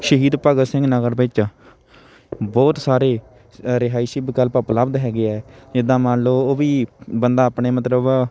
ਸ਼ਹੀਦ ਭਗਤ ਸਿੰਘ ਨਗਰ ਵਿੱਚ ਬਹੁਤ ਸਾਰੇ ਰਿਹਾਇਸ਼ੀ ਵਿਕਲਪ ਉਪਲਬਧ ਹੈਗੇ ਹੈ ਜਿੱਦਾਂ ਮੰਨ ਲਓ ਉਹ ਵੀ ਬੰਦਾ ਆਪਣੇ ਮਤਲਬ